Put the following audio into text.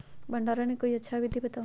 भंडारण के कोई अच्छा विधि बताउ?